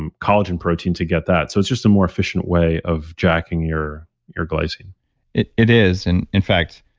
um collagen protein to get that. so it's just a more efficient way of jacking your your glycine it it is. and in fact,